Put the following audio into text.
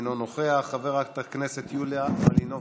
אינו נוכח, חברת הכנסת יוליה מלינובסקי,